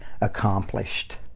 accomplished